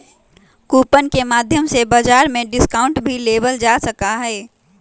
coupon के माध्यम से बाजार में डिस्काउंट भी लेबल जा सका हई